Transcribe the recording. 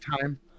time